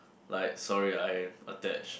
like sorry I attach